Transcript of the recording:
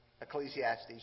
Ecclesiastes